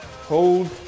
Hold